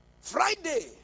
Friday